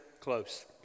close